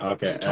Okay